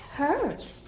hurt